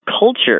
culture